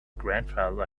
grandfather